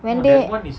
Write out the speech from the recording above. when they